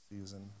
season